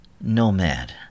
Nomad